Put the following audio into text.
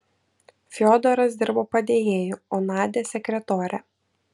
fiodoras dirbo padėjėju o nadia sekretore